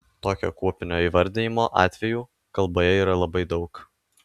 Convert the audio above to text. tokio kuopinio įvardijimo atvejų kalboje yra labai daug